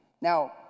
now